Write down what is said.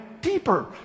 deeper